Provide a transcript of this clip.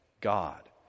God